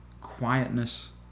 quietness